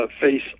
face